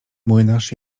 młynarz